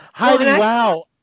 wow